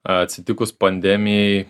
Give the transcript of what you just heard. atsitikus pandemijai